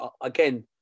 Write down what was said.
again